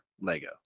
Lego